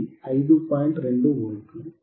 28V